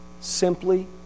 Simply